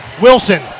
Wilson